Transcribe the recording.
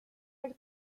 del